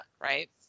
Right